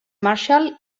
marshall